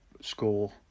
score